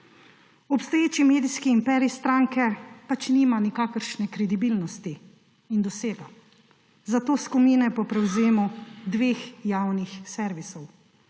Obstoječi medijski imperij stranke pač nima nikakršne kredibilnosti in dosega, zato skomine po prevzemu dveh javnih servisov.